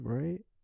right